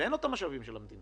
ואין לו את המשאבים של המדינה,